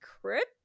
crypt